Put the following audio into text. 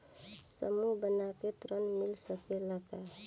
समूह बना के ऋण मिल सकेला का?